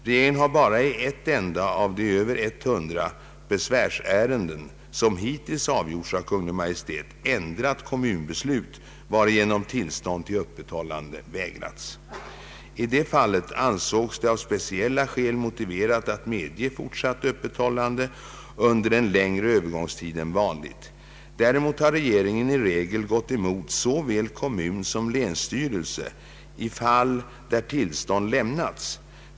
Regeringen har bara i ett enda av de över 100 besvärsärenden som hittills avgjorts av Kungl. Maj:t ändrat kommunbeslut, varigenom tillstånd till öppethållande vägrats. I det fallet ansågs det av speciella skäl motiverat att medge fortsatt öppethållande under en längre övergångstid än vanligt. Däremot har regeringen i regel gått emot såväl kommun som länsstyrelse i fall där tillstånd lämnats.